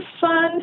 fun